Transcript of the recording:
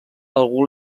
algú